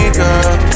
girl